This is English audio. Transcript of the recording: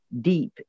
deep